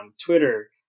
Twitter